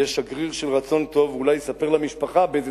יהיה שגריר של רצון טוב ואולי יספר למשפחה באיזה